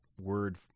word